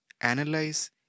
analyze